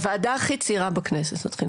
הוועדה הכי צעירה בכנסת, נתחיל מזה.